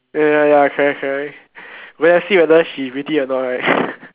ya ya ya correct correct better see whether she pretty or not right